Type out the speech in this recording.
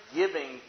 giving